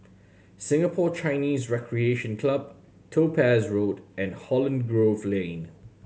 Singapore Chinese Recreation Club Topaz Road and Holland Grove Lane